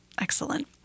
Excellent